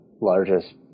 largest